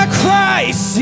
Christ